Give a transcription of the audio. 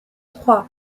trois